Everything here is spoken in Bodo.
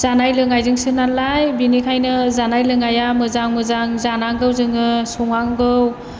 जानाय लोंनायजोंसो नालाय बेनिखायनो जानाय लोंनाया मोजां मोजां जानांगौ जोङो संनांगौ